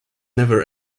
never